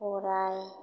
गराइ